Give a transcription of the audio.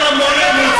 לא את עמונה הם רוצים.